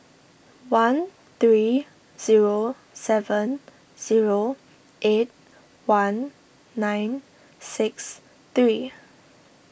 one three zero seven zero eight one nine six three